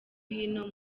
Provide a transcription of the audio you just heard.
hino